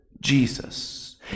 Jesus